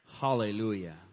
Hallelujah